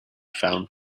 found